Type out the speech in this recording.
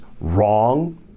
wrong